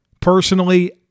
Personally